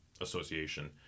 association